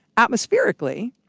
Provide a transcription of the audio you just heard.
atmospherically,